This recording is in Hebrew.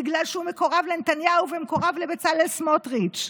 בגלל שהוא מקורב לנתניהו ומקורב לבצלאל סמוטריץ'